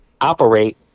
operate